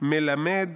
מלמד